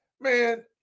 man